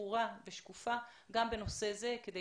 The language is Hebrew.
ברורה ושקופה גם בנושא זה כדי